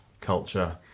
culture